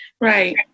Right